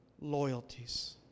loyalties